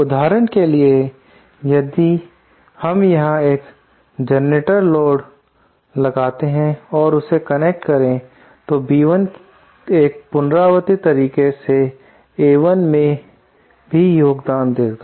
उदाहरण के लिए यदि हम यहां एक जनरेटर लोड मौजूद है उसे कनेक्ट करें तो B1 एक पुनरावृति तरीके से A1 मैं भी योगदान देगा